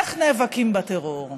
על איך נאבקים בטרור.